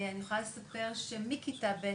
אני יכולה לספר שמכיתה ב',